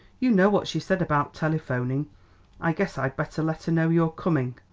you know what she said about telephoning i guess i'd better let her know you're coming.